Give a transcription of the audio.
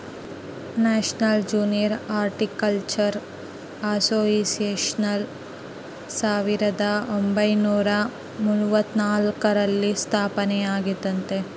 national junior horticultural association ಸಾವಿರದ ಒಂಬೈನುರ ಮೂವತ್ನಾಲ್ಕರಲ್ಲಿ ಸ್ಥಾಪನೆಯಾಗೆತೆ